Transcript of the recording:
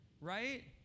Right